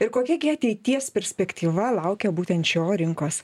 ir kokia gi ateities perspektyva laukia būtent šio rinkos